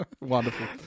Wonderful